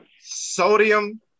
Sodium